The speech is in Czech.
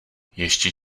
ještě